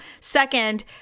Second